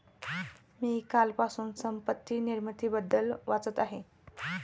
मी कालपासून संपत्ती निर्मितीबद्दल वाचत आहे